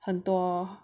很多